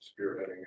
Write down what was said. spearheading